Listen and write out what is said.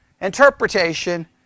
interpretation